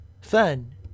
fun